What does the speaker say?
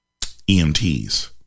EMTs